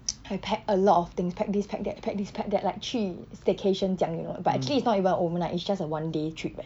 I packed a lot of things pack this pack that pack this pack that like 去 staycation 这样 you know but actually it's not even a overnight it's just a one day trip eh